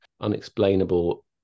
unexplainable